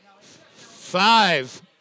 Five